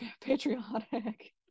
patriotic